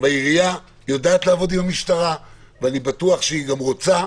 העירייה יודעת לעבוד עם המשטרה ואני בטוח שהיא גם רוצה.